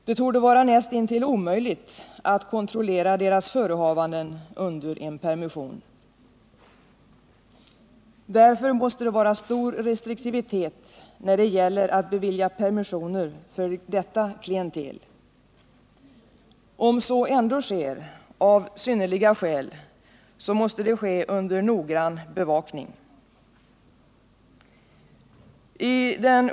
Det torde vara näst intill omöjligt att kontrollera deras förehavanden under en permission. Därför måste det vara stor restriktivitet när det gäller att bevilja permissioner för detta klientel. Om så ändå sker av synnerliga skäl måste permissionen ske under noggrann bevakning.